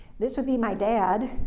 this would be my dad.